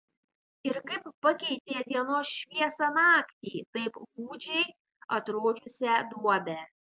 ir kaip pakeitė dienos šviesa naktį taip gūdžiai atrodžiusią duobę